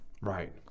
Right